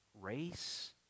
race